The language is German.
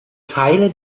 teile